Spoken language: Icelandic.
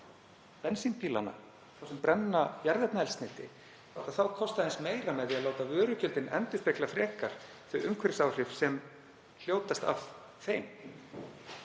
bensínbílana, þá sem brenna jarðefnaeldsneyti, kosta aðeins meira með því að láta vörugjöldin endurspegla frekar þau umhverfisáhrif sem hljótast af þeim,